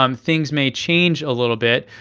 um things may change a little bit.